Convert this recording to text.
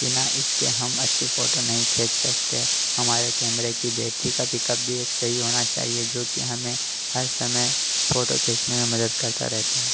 बिना इसके हम अच्छी फोटो नहीं खींच सकते हमारे कैमरे की बैटरी का पिकअप भी एक सही होना चाहिए जो कि हमें हर समय फोटो खींचने में मदद करता रहता है